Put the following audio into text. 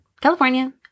California